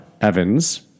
Evans